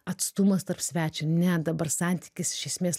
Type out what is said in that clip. atstumas tarp svečio ne dabar santykis iš esmės